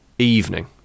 evening